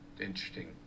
interesting